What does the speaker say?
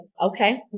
okay